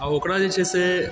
आ ओकरा जे छै से